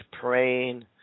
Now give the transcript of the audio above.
praying